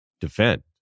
defend